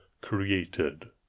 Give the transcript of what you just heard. created